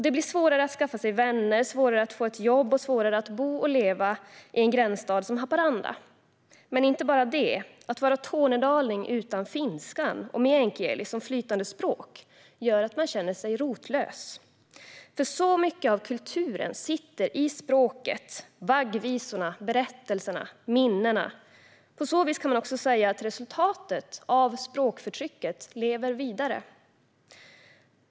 Det blir svårare att skaffa sig vänner, svårare att få ett jobb och svårare att bo och leva i en gränsstad som Haparanda. Men inte bara det: Att vara tornedaling utan finskan och meänkieli som flytande språk gör att man känner sig rotlös, för så mycket av kulturen sitter i språket - vaggvisorna, berättelserna och minnena. På så vis kan man också säga att resultatet av språkförtrycket lever vidare.